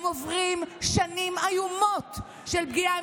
הם עוברים שנים איומות של פגיעה.